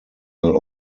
will